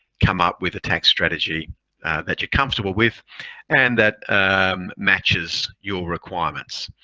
come up with a tax strategy that you're comfortable with and that matches your requirements.